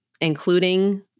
including